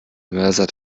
mörser